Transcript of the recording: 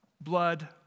blood